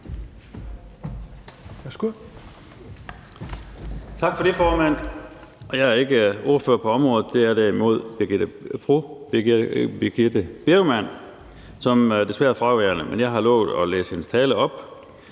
Tak for det, formand. Jeg er ikke ordfører på området. Det er derimod fru Birgitte Bergman, som desværre er fraværende. Men jeg har lovet at læse hendes tale op.